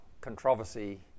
controversy